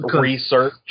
research